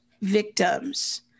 victims